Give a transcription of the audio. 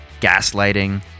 gaslighting